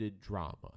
drama